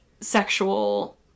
sexual